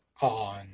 on